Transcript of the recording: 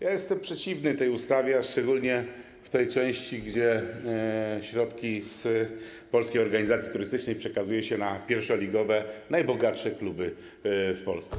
Ja jestem przeciwny tej ustawie, a szczególnie tej części, gdzie środki z Polskiej Organizacji Turystycznej przekazuje się na pierwszoligowe, najbogatsze kluby w Polsce.